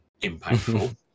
impactful